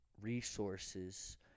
resources